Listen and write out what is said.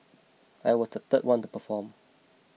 I was the third one to perform